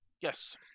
yes